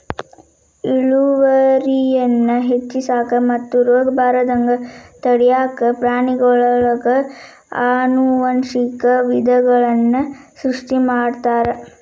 ಇಳುವರಿಯನ್ನ ಹೆಚ್ಚಿಸಾಕ ಮತ್ತು ರೋಗಬಾರದಂಗ ತಡ್ಯಾಕ ಪ್ರಾಣಿಗಳೊಳಗ ಆನುವಂಶಿಕ ವಿಧಗಳನ್ನ ಸೃಷ್ಟಿ ಮಾಡ್ತಾರ